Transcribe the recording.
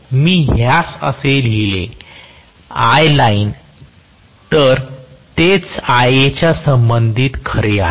जर मी ह्यास असे लिहिले तर तेच च्या संबंधित खरे आहे